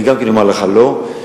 אני גם אומר לך: לא,